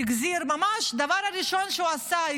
ממש הדבר הראשון שהוא עשה,